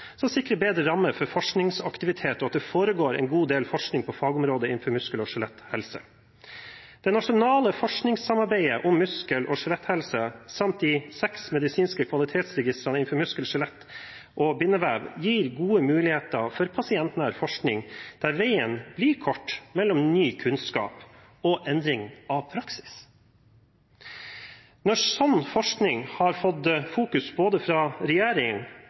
som sikrer bedre rammer for forskningsaktivitet, og at det foregår en god del forskning på fagområdet innenfor muskel- og skjeletthelse. Det nasjonale forskningssamarbeidet om muskel- og skjeletthelse samt de seks medisinske kvalitetsregistrene innenfor muskel, skjelett og bindevev gir gode muligheter for pasientnær forskning, der veien blir kort mellom ny kunnskap og endring av praksis. Når slik forskning har fått fokus fra